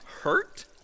Hurt